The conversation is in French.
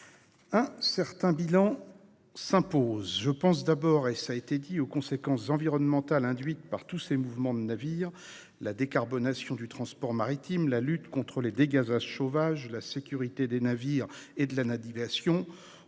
Dès lors, un bilan s'impose. Je pense d'abord aux conséquences environnementales induites par tous ces mouvements de navires. La décarbonation du transport maritime, la lutte contre les dégazages sauvages, la sécurité des navires et de la navigation